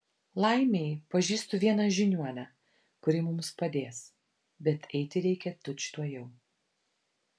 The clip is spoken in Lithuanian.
laimei pažįstu vieną žiniuonę kuri mums padės bet eiti reikia tučtuojau